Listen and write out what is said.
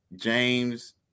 James